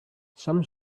some